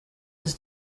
was